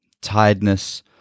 tiredness